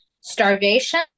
starvation